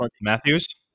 Matthews